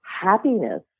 happiness